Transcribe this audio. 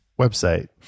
website